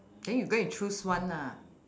then you go and choose one nah